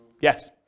Yes